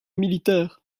militaire